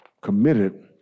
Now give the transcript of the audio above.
committed